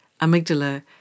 amygdala